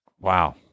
Wow